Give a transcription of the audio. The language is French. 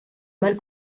mal